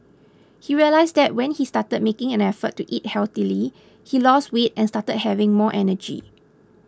he realised that when he started making an effort to eat healthily he lost weight and started having more energy